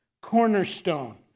cornerstone